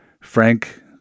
Frank